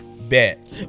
bet